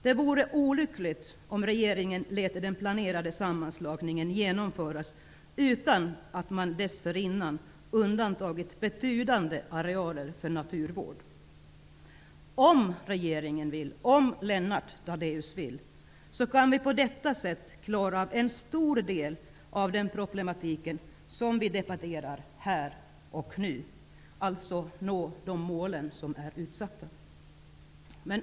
Det vore olyckligt om regeringen lät den planerade sammanslagningen genomföras utan att man dessförinnan undantagit betydande arealer för naturvård. Om regeringen och Lennart Daléus vill kan vi på detta sätt klara en stor del av den problematik som vi debatterar här och nu, alltså att nå de utsatta målen.